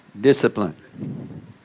discipline